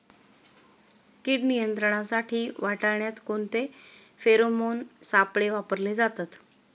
कीड नियंत्रणासाठी वाटाण्यात कोणते फेरोमोन सापळे वापरले जातात?